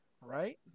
right